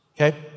Okay